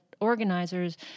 organizers